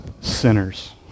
sinners